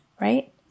right